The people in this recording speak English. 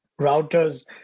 routers